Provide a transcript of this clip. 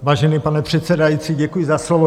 Vážený pane předsedající, děkuji za slovo.